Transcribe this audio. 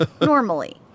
normally